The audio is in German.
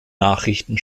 nachrichten